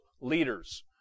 leaders